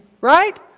Right